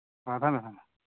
ꯑꯥ ꯊꯝꯃꯦ ꯊꯝꯃꯦ